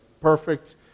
perfect